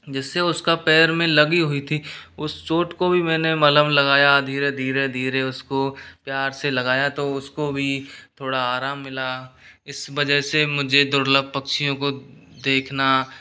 जिससे उसका पैर में लगी हुई थी उस चोट को भी मैंने मलहम लगाया धीरे धीरे धीरे उसको प्यार से लगाया तो उसको भी थोड़ा आराम मिला इस वजह से मुझे दुर्लभ पक्षियों को देखना